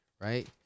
right